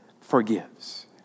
forgives